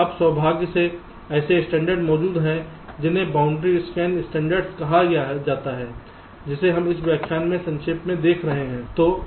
अब सौभाग्य से ऐसा स्टैण्डर्ड मौजूद है जिसे बाउंड्री स्कैन स्टैण्डर्ड कहा जाता है जिसे हम इस व्याख्यान में संक्षेप में देख रहे हैं